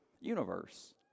universe